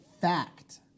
fact